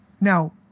Now